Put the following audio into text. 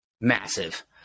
massive